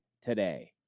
today